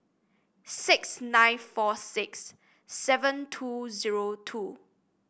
six nine four six seven two zero two